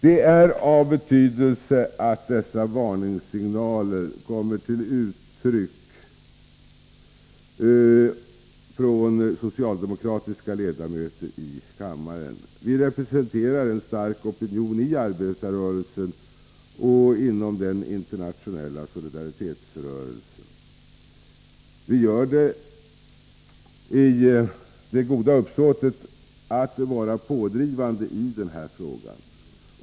Det är av betydelse att dessa varningssignaler kommer till uttryck från socialdemokratiska ledamöter i kammaren. Vi representerar en stark opinion i arbetarrörelsen och inom den internationella solidaritetsrörelsen. Vi gör det i det goda uppsåtet att vara pådrivande i denna fråga.